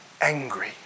angry